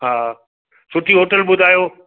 हा सुठी होटल ॿुधायो